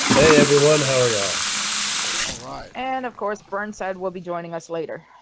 everyone how are you? alright, and of course burnside will be joining us later.